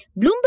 Bloomberg